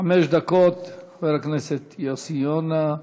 חבר הכנסת יוסי יונה,